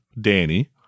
Danny